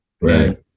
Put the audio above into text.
Right